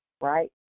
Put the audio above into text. right